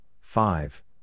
five